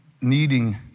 needing